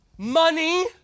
Money